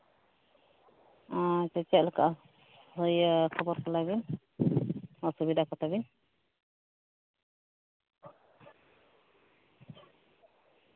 ᱦᱳᱭ ᱛᱚ ᱪᱮᱫ ᱞᱮᱮᱠᱟ ᱦᱳᱭ ᱤᱭᱟᱹ ᱠᱷᱚᱵᱚᱨ ᱠᱚ ᱞᱟᱹᱭ ᱵᱤᱱ ᱚᱥᱩᱵᱤᱫᱟ ᱠᱚ ᱛᱟᱵᱤᱱ